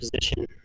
position